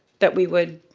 that we would